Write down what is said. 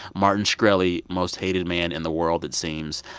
martin shkreli most hated man in the world, it seems.